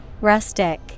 Rustic